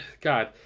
God